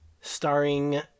Starring